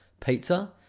Pizza